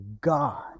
God